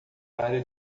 área